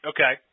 Okay